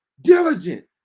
diligent